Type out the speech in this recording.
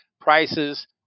prices